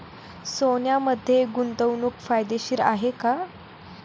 सोन्यामध्ये गुंतवणूक फायदेशीर आहे का?